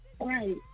Right